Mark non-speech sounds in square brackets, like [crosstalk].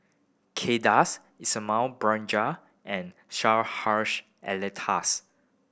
Kay Das Ismail [unintelligible] and [unintelligible] Hussh Alatas